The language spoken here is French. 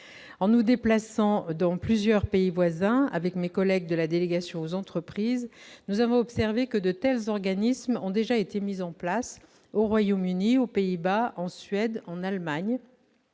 en nous déplaçant dans plusieurs pays voisins, avec mes collègues de la délégation aux entreprises, nous avons observé que de tels organismes ont déjà été mises en place au Royaume-Uni, aux Pays-Bas, en Suède, en Allemagne